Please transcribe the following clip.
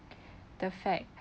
the fact